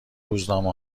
روزنامه